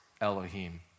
Elohim